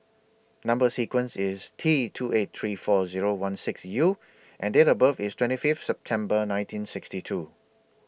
Number sequence IS T two eight three four Zero one six U and Date of birth IS twenty five September nineteen sixty two